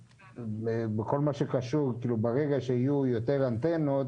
בכל מה שקשור, ברגע שיהיו יותר אנטנות